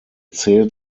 zählt